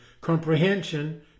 comprehension